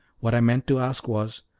what i meant to ask was,